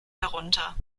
herunter